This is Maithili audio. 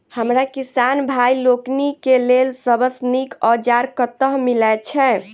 हमरा किसान भाई लोकनि केँ लेल सबसँ नीक औजार कतह मिलै छै?